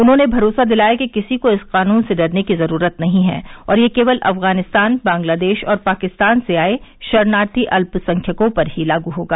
उन्होंने भरोसा दिलाया कि किसी को इस कानून से डरने की जरूरत नहीं है और यह केवल अफगानिस्तान बंग्लादेश और पाकिस्तान से आए शरणार्थी अल्पसंख्यकों पर ही लागू होगा